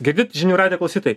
girdit žinių radijo